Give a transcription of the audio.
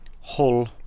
Hull